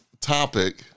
topic